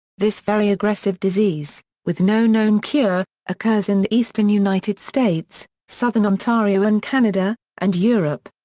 this very aggressive disease, with no known cure, occurs in the eastern united states, southern ontario in canada, and europe.